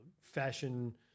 fashion